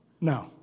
No